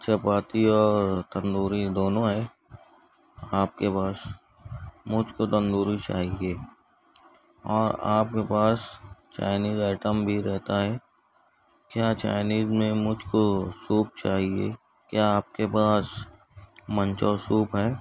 چپاتی اور تندوری دونوں ہیں آپ کے پاس مجھ کو تندوری چاہیے اور آپ کے پاس چائنیز آئٹم بھی رہتا ہے کیا چائنیز میں مجھ کو سوپ چاہیے کیا آپ کے پاس منچو سوپ ہے